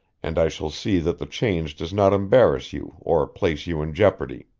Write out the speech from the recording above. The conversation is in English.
and i shall see that the change does not embarrass you or place you in jeopardy.